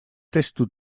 testu